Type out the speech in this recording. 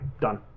done